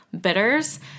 bitters